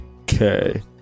Okay